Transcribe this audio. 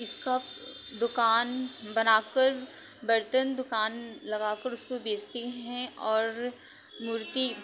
इसका दुकान बनाकर बर्तन दुकान लगाकर उसको बेचते हैं और मूर्ति